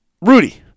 Rudy